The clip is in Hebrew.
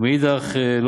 ומאידך גיסא,